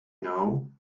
know